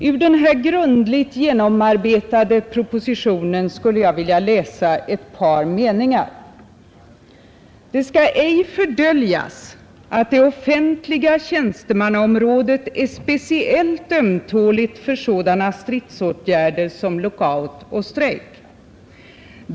Ur den här grundligt genomarbetade propositionen vill jag läsa ett par meningar: ”Det skall ej fördöljas att det offentliga tjänstemannaområdet är speciellt ömtåligt för sådana stridsåtgärder som lockout och strejk.